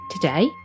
today